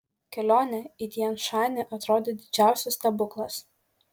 kelionė į tian šanį atrodė didžiausias stebuklas